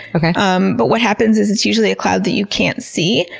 um but what happens is it's usually a cloud that you can't see.